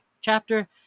chapter